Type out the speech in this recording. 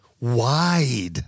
wide